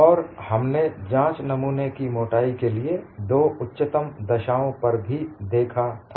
और हमने जांच नमूने की मोटाई के लिए दो उच्चतम दशाओं पर भी देखा था